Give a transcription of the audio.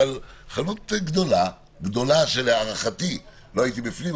אבל חנות גדולה שלהערכתי לא הייתי בפנים,